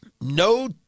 no